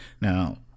Now